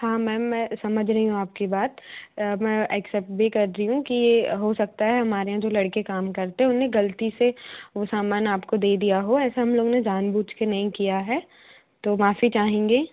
हाँ मैम मैं समझ रही हूँ आपकी बात मैं एक्सेप्ट भी कर रही हूँ कि हो सकता है हमारे यहाँ जो लड़के काम करते हैं उन्होंने ग़लती से वो सामान आपको दे दिया हो ऐसा हम लोगों ने जानबूझ के नहीं किया है तो माफ़ी चाहेंगे